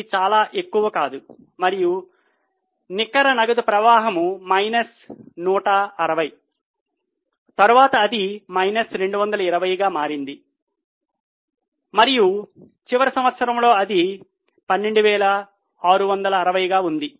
ఇది చాలా ఎక్కువ కాదు మరియు నికర నగదు ప్రవాహం మైనస్ 160 తరువాత అది మైనస్ 220 గా మారింది మరియు చివరి సంవత్సరంలో ఇది 12660 గా ఉంది